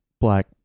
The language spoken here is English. black